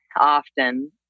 often